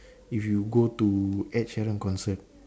if you go to Ed Sheeran concert